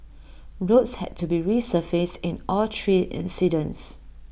roads had to be resurfaced in all three incidents